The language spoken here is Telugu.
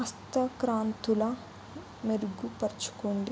హస్తక్రాంతుల మెరుగుపరచుకోండి